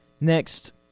Next